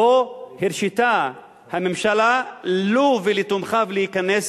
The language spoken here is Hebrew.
שאליו הרשתה הממשלה לו ולתומכיו להיכנס.